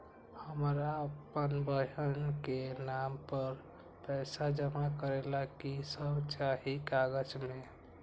हमरा अपन बहन के नाम पर पैसा जमा करे ला कि सब चाहि कागज मे?